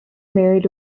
married